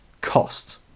cost